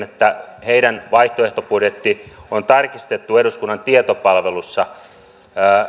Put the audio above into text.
miten tätä koulutusvelkaa on tarkoitus kuroa umpeen